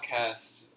podcast